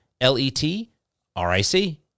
L-E-T-R-I-C